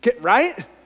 Right